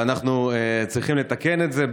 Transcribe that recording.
ואנחנו צריכים לתקן את זה.